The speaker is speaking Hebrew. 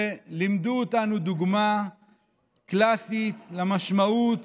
ולימדו אותנו דוגמה קלאסית למשמעות